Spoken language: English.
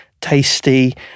tasty